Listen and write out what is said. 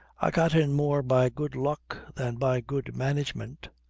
i got in more by good luck than by good management.